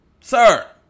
Sir